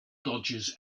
dodges